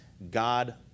God